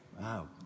Wow